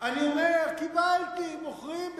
אני אומר: קיבלתי, מוכרים.